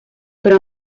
però